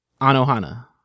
Anohana